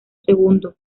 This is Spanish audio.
segundo